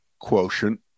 quotient